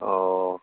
অঁ